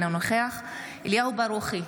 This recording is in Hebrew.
אינו נוכח אליהו ברוכי,